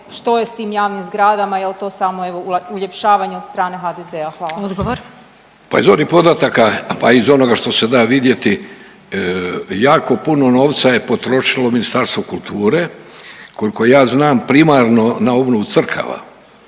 što je s tim javnim zgradama, jel' to samo evo uljepšavanje od strane HDZ-a? Hvala. **Vidović, Davorko (Socijaldemokrati)** Pa iz onih podataka a i iz onoga što se da vidjeti jako puno novca je potrošilo Ministarstvo kulture koliko ja znam primarno na obnovu crkava.